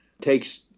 takes